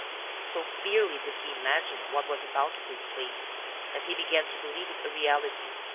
so clearly did he imagine what was about to take place that he began to believe it a reality,